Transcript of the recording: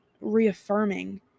reaffirming